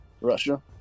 Russia